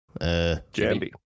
Jambi